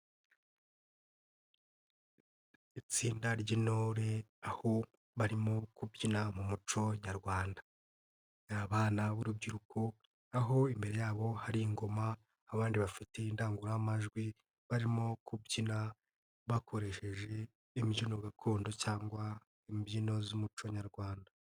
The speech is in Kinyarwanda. Itsinda ry'intore, aho barimo kubyina mu muco nyarwanda. Ni abana b'urubyiruko, aho imbere yabo hari ingoma, abandi bafite indangururamajwi, barimo kubyina, bakoresheje imbyino gakondo cyangwa imbyino z'umuco nyarwanda.